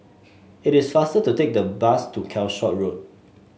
it is faster to take the bus to Calshot Road